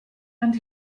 and